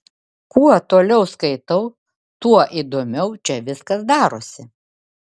kuo toliau skaitau tuo įdomiau čia viskas darosi